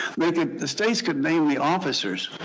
the states could name the officers,